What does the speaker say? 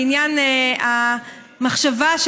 לעניין המחשבה,